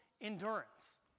endurance